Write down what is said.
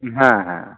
হ্যাঁ হ্যাঁ